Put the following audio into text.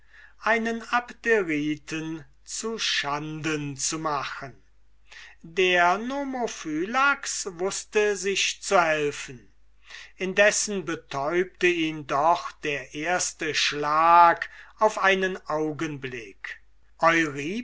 einen abderiten zu schanden zu machen der nomophylax wußte sich zu helfen indessen betäubte ihn doch der erste schlag auf einen augenblick